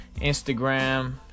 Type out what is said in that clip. Instagram